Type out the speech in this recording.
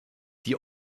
die